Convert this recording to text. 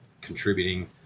contributing